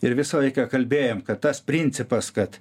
ir visą laiką kalbėjom kad tas principas kad